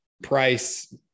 Price